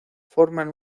forman